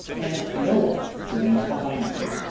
and no one to leave behind me.